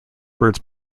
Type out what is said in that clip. birds